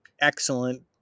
excellent